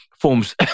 forms